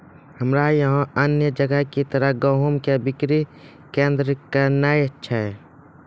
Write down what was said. हमरा यहाँ अन्य जगह की तरह गेहूँ के बिक्री केन्द्रऽक नैय छैय?